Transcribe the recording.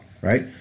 right